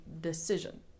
decision